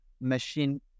machine